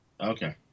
Okay